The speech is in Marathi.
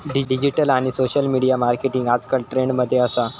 डिजिटल आणि सोशल मिडिया मार्केटिंग आजकल ट्रेंड मध्ये असा